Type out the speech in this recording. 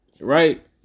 Right